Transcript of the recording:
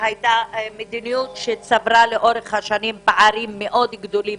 היתה מדיניות שצברה לאורך השנים פערים מאד גדולים